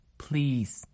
please